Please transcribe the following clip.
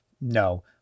No